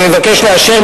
אני מבקש לאשר,